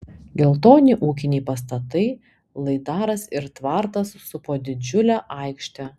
geltoni ūkiniai pastatai laidaras ir tvartas supo didžiulę aikštę